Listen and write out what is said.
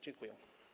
Dziękuję.